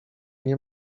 nie